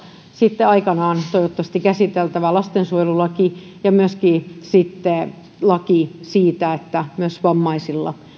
sitten aikanaan toivottavasti käsiteltävä lastensuojelulaki ja myöskin laki siitä että myös vammaisilla